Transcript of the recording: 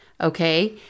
Okay